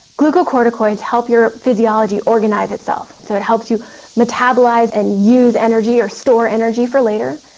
glucocorticoids help your physiology organise itself, so it helps you metabolise and use energy or store energy for later,